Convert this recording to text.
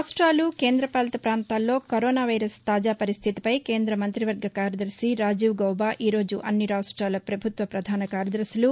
రాష్ట్లాలు కేంద్ర పాలిత పాంతాల్లో కరోనా వైరస్ తాజా పరిస్టితిపై కేంద్ర మంతివర్గ కార్యదర్భి రాజీవ్ గౌబా ఈ రోజు అన్ని రాష్ట్రాల ప్రభుత్వ ప్రధాన కార్యదర్శులు